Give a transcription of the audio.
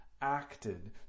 Acted